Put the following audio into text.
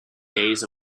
days